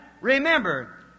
remember